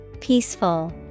Peaceful